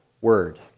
word